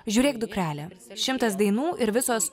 žiūrėk dukrele šimtas dainų ir visos